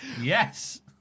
Yes